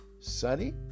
sunny